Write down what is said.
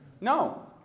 No